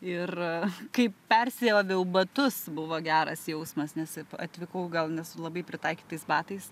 ir kai persiaviau batus buvo geras jausmas nes atvykau gal ne su labai pritaikytais batais